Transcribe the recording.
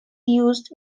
used